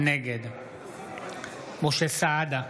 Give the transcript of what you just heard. נגד משה סעדה,